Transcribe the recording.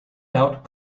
out